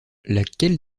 laquelle